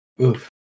Oof